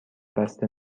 بسته